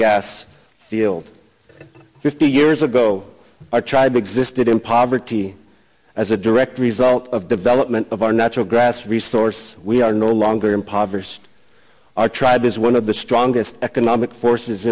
gas field fifty years ago our tribe existed in poverty as a direct result of development of our natural grass resource we are no longer impoverished our tribe is one of the strongest economic forces